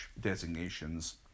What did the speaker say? designations